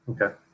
Okay